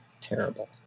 terrible